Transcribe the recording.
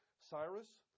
Cyrus